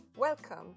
Welcome